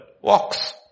walks